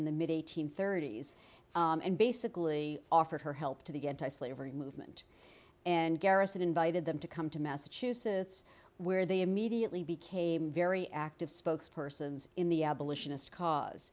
in the mid eighty's thirty's and basically offered her help to the anti slavery movement and garrison invited them to come to massachusetts where they immediately became very active spokes persons in the